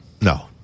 No